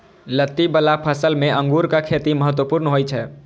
लत्ती बला फसल मे अंगूरक खेती महत्वपूर्ण होइ छै